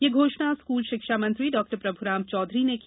यह घोषणा स्कूल शिक्षा मंत्री डॉ प्रभुराम चौधरी ने की